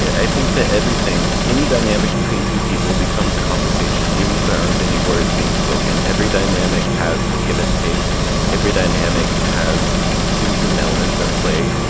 i think that everything any dynamic between two people becomes a conversation, even if there aren't any words being spoken. every dynamic has a give-and-take. every dynamic has two human elements at play,